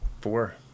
four